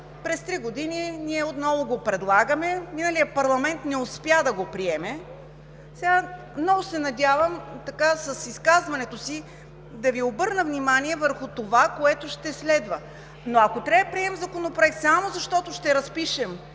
през три години ние отново го предлагаме. Миналият парламент не успя да го приеме. Много се надявам с изказването си да Ви обърна внимание върху това, което ще следва. Ако трябва да приемем законопроект само защото ще разпишем